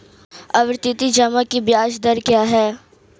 आवर्ती जमा की ब्याज दर क्या है?